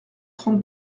trente